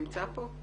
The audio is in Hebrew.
נמצא כאן.